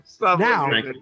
Now